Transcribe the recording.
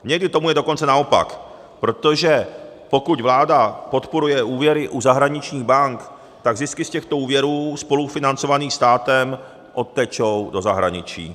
Někdy tomu je dokonce naopak, protože pokud vláda podporuje úvěry u zahraničních bank, tak zisky z těchto úvěrů spolufinancovaných státem odtečou do zahraničí.